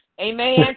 amen